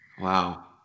Wow